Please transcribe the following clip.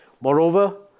Moreover